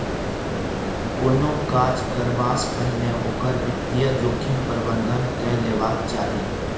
कोनो काज करबासँ पहिने ओकर वित्तीय जोखिम प्रबंधन कए लेबाक चाही